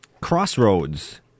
Crossroads